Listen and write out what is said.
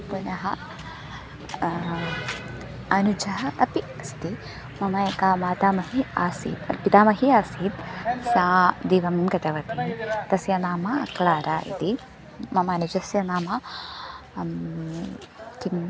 पुनः अनुजः अपि अस्ति मम एका मातामही आसीत् पितामही आसीत् सा दिवङ्गतवती तस्य नाम क्लारा इति मम अनुजस्य नाम किं